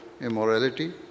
immorality